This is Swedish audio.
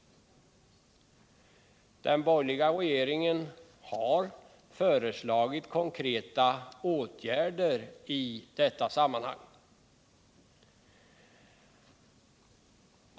Den borgerliga regeringen har föreslagit konkreta åtgärder i detta sammanhang.